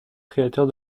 créateurs